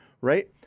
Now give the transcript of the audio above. right